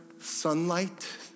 sunlight